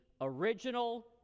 original